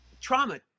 trauma